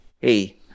hey